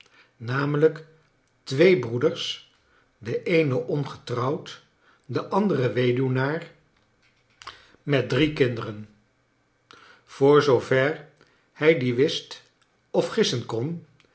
namelijk twee broeders de eene ongetrouwd de andere weduwnaar met drie kinderen voor zoover hij die wist of gissen kon